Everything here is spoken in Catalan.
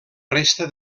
resta